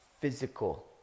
physical